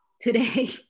today